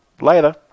later